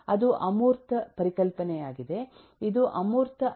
ಅದು ಅಮೂರ್ತ ಪರಿಕಲ್ಪನೆಯಾಗಿದೆ ಇದು ಅಮೂರ್ತ ಅಲ್ಲವೇ